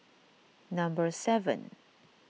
number seven